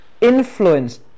influence